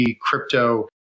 crypto